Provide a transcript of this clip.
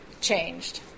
changed